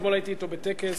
אתמול הייתי אתו בטקס,